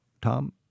Tom